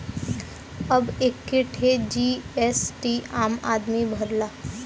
अब एक्के ठे जी.एस.टी आम आदमी भरला